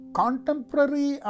contemporary